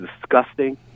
disgusting